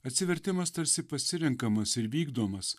atsivertimas tarsi pasirenkamas ir vykdomas